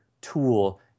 tool